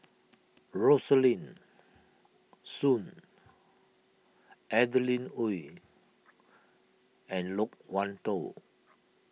Rosaline Soon Adeline Ooi and Loke Wan Tho